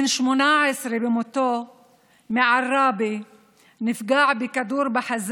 וביקשו מהם להימנע מהפגנות בשם הערבות ההדדית והדאגה לציבור.